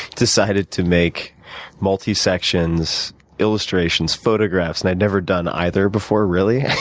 decided to make multi sections illustrations, photographs and i'd never done either before, really,